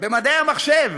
במדעי המחשב,